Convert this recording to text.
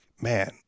man